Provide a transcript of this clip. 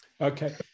okay